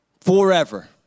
Forever